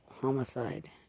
Homicide